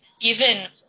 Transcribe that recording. given